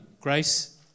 Grace